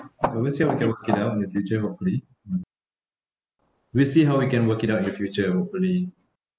I will see how it can work it out in the future hopefully mm we see how it can work it out in the future hopefully